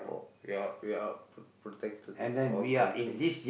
we're we're pro~ protected with all countries